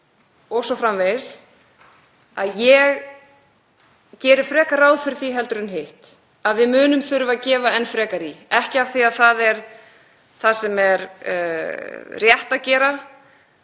o.s.frv., og ég geri frekar ráð fyrir því en hitt að við munum þurfa að gefa enn frekar í, ekki af því að það er það sem er rétt að gera